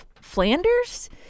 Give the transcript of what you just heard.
Flanders